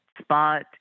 Spot